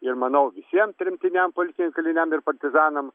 ir manau visiem tremtiniam politiniam kaliniam ir partizanam